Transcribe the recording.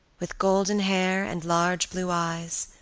with golden hair and large blue eyes,